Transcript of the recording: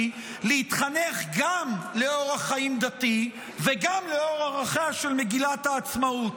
להתחנך גם לאורח חיים דתי וגם לאור ערכיה של מגילת העצמאות.